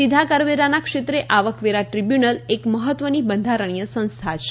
સીધા કરવેરાના ક્ષેત્રે આવકવેરા દ્રીબ્યૂનલ એક મહત્વની બંધારણીય સંસ્થા છે